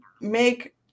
make